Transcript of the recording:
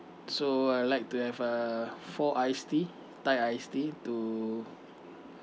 so I'd like to have uh four iced tea thai iced tea to